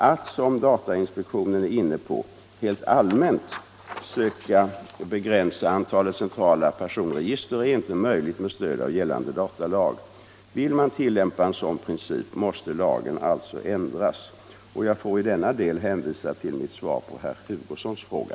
Att, som datainspektionen är inne på, helt allmänt söka begränsa antalet centrala personregister är inte möjligt med stöd av gällande datalag. Vill man tillämpa en sådan princip måste alltså lagen ändras. Jag får i denna del hänvisa till mitt svar på herr Hugossons fråga.